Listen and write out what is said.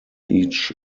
each